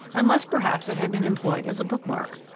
unless perhaps it had been employed as a bookmark.